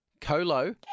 Colo